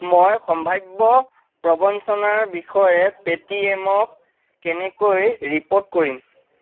মই সম্ভাৱ্য প্ৰৱঞ্চনাৰ বিষয়ে পে'টিএমক কেনেকৈ ৰিপ'ৰ্ট কৰিম